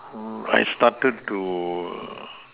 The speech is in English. I started to